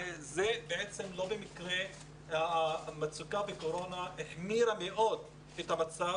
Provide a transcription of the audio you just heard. לא במקרה המצוקה בתקופת הקורונה החמירה מאוד את המצב